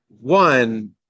One